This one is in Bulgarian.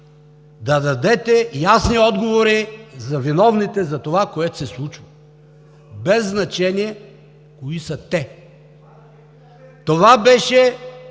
да дадете ясни отговори за виновните за това, което се случва, без значение кои са те. Това беше